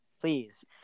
Please